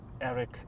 Eric